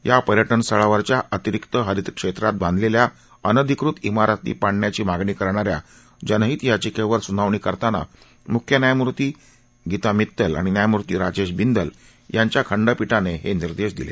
या पर्यटनस्थळावरच्या अतिरिक्त हरित क्षेत्रात बांधलेल्या अनधिकृत इमारती पाडण्याची मागणी करणाऱ्या जनहित याचिकेवर सुनावणी करताना मुख्य न्यायमूर्ती गीता मित्तल आणि न्यायमूर्ती राजेश बिंदल यांच्या खंडपीठानं हे निर्देश दिले